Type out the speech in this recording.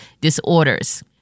disorders